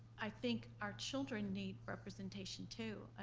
i think our children need representation too,